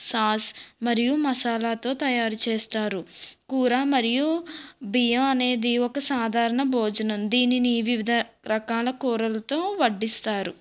sauce మరియు మసాలాతో తయారుచేస్తారు కూర మరియు బియ్యం అనేది ఒక సాధారణ భోజనం దీనిని వివిధ రకాల కూరలతో వడ్డిస్తారు